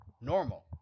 Normal